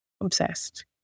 Obsessed